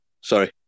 sorry